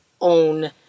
own